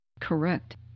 Correct